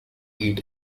eat